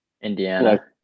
Indiana